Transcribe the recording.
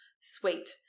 sweet